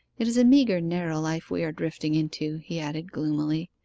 it is a meagre narrow life we are drifting into he added gloomily,